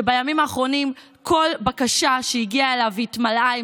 שבימים האחרונים כל בקשה שהגיעה אליו התמלאה,